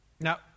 Now